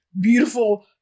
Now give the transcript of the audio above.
beautiful